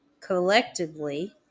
collectively